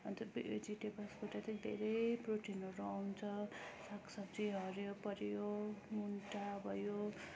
अन्त भेजिटेबल्सबाट चाहिँ धेरै प्रोटिनहरू आउँछ सागसब्जी हरियो परियो मुन्टा भयो